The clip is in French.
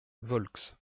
volx